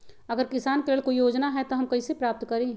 अगर किसान के लेल कोई योजना है त हम कईसे प्राप्त करी?